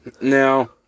now